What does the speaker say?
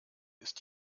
ist